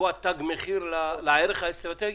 לקבוע תג מחיר לערך האסטרטגי?